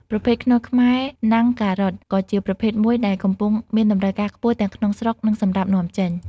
ប្រភេទខ្នុរខ្មែរណាំងការ៉ុតក៏ជាប្រភេទមួយដែលកំពុងមានតម្រូវការខ្ពស់ទាំងក្នុងស្រុក និងសម្រាប់នាំចេញ។